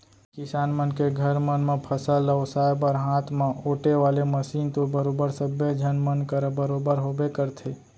किसान मन के घर मन म फसल ल ओसाय बर हाथ म ओेटे वाले मसीन तो बरोबर सब्बे झन मन करा बरोबर होबे करथे